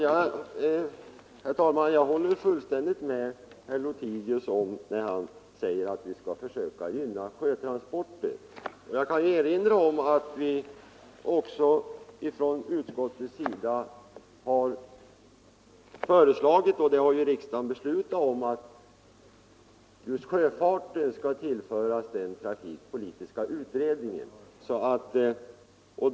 Herr talman! Jag håller fullständigt med herr Lothigius när han säger att vi skall försöka gynna sjötransporter. Jag kan erinra om att vi från utskottets sida har föreslagit att sjöfartsfrågorna skall tillföras den trafikpolitiska utredningen, och detta har riksdagen även beslutat.